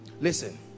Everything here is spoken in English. listen